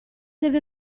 deve